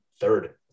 third